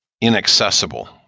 inaccessible